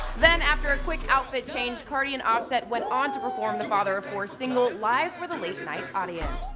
then, after a quick outfit change, cardi and offset went on to perform the father of four single live for the late-night audience.